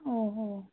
हो हो